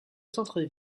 centre